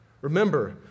Remember